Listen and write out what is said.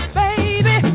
baby